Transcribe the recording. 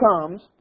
comes